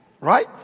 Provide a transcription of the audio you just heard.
right